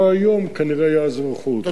אמרו אז שבבוא היום כנראה יאזרחו אותה,